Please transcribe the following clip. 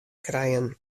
krijen